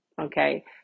okay